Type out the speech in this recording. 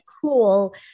cool